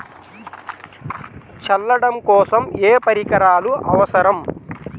చల్లడం కోసం ఏ పరికరాలు అవసరం?